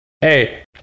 Hey